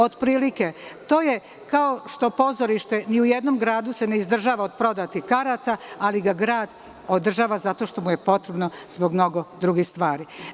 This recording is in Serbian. Otprilike, to je kao što se pozorište ni u jednom gradu ne izdržava od prodatih karata, ali ga grad održava zato što mu je potrebno zbog mnogo drugih stvari.